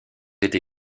été